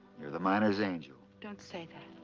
you're the miners' angel. don't say that.